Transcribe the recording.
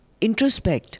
introspect